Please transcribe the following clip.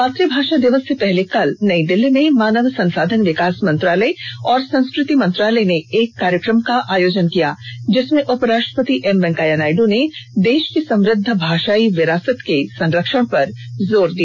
मातृभाषा दिवस से पहले कल नई दिल्ली में मानव संसाधन विकास मंत्रालय और संस्कृति मंत्रालय ने एक कार्यक्रम का आयोजन किया जिसमें उप राष्ट्रपति एम वेंकैया नायडू ने देश कौ समृद्ध भाषाई विरासत के संरक्षण पर जोर दिया